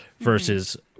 versus